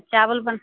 चावल बन